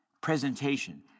presentation